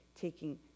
taking